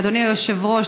אדוני היושב-ראש,